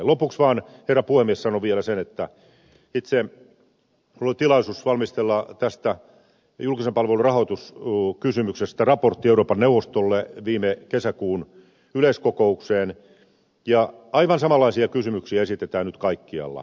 lopuksi vaan herra puhemies sanon vielä sen että itse minulla oli tilaisuus valmistella tästä julkisen palvelun rahoituskysymyksestä raportti euroopan neuvostolle viime kesäkuun yleiskokoukseen ja aivan samanlaisia kysymyksiä esitetään nyt kaikkialla